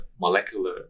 molecular